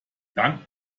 dank